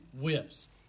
whips